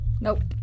Nope